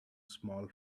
small